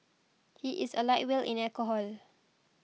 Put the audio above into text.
he is a lightweight in alcohol